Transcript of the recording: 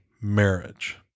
marriage